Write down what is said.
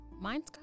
Mine's